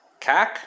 CAC